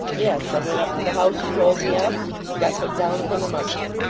yes. i went up to the house you told me of and got put down upon the muster.